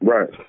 Right